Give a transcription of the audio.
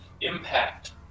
impact